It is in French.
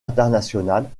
internationale